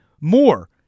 more